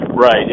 Right